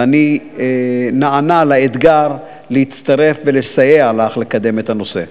ואני נענה לאתגר להצטרף ולסייע לך לקדם את הנושא.